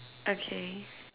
okay